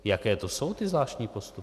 Jaké to jsou ty zvláštní postupy?